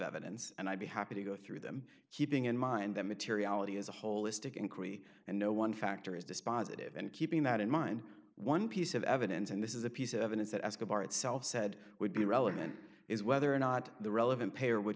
evidence and i'd be happy to go through them keeping in mind that materiality is a holistic inquiry and no one factor is dispositive in keeping that in mind one piece of evidence and this is a piece of evidence that escobar itself said would be relevant is whether or not the relevant paper would